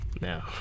No